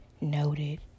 noted